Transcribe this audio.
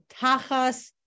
Tachas